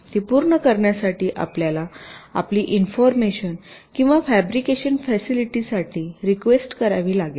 ती पूर्ण करण्यासाठी आपल्याला आपली इन्फॉर्मेशन किंवा फॅब्रिकेशन फॅसिलिटीसाठी रिक्वेस्ट करावी लागेल